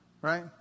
right